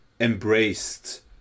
embraced